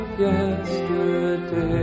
yesterday